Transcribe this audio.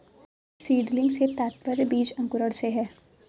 seedling से तात्पर्य बीज अंकुरण से है